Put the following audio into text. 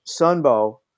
Sunbow